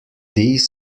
these